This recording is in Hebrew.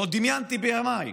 לא דמיינתי מימיי